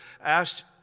asked